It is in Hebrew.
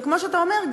וכמו שאתה אומר,